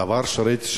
הדבר שראיתי שם,